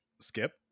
skip